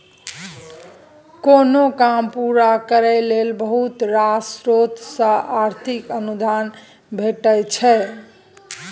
कोनो काम पूरा करय लेल बहुत रास स्रोत सँ आर्थिक अनुदान भेटय छै